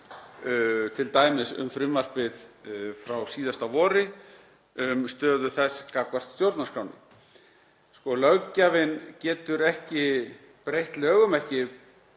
t.d. um frumvarpið frá síðasta vori, um stöðu þess gagnvart stjórnarskránni. Löggjafinn getur ekki breytt lögum, ekki